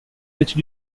which